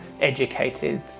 educated